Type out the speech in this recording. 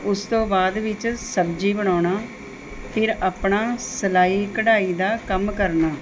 ਉਸ ਤੋਂ ਬਾਅਦ ਵਿੱਚ ਸਬਜ਼ੀ ਬਣਾਉਣਾ ਫਿਰ ਆਪਣਾ ਸਿਲਾਈ ਕਢਾਈ ਦਾ ਕੰਮ ਕਰਨਾ